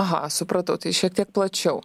aha supratau tai šiek tiek plačiau